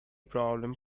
problem